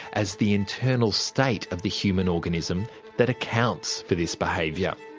as the internal state of the human organism that accounts for this behaviour.